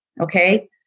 Okay